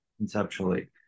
conceptually